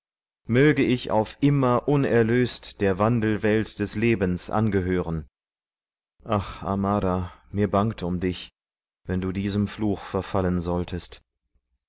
möge ich auf immer unerlöst der wandelwelt des lebens angehören ach amara mir bangt um dich wenn du diesem fluch verfallen solltest